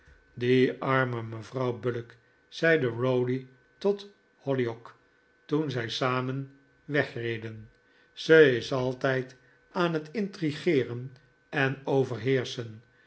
die arme mevrouw bullock zeide rowdy tot hollyock toen zij samen wegreden ze is altijd aan het intrigeeren en overheerschen